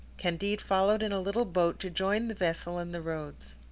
candide followed in a little boat to join the vessel in the roads.